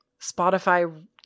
Spotify